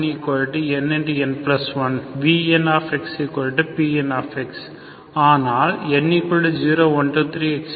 nnn1 VnxPn ஆனால் n 0 1 2 3